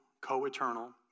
co-eternal